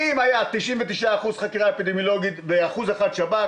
אם היה 99% בחקירה אפידמיולוגית ו-1% שב"כ,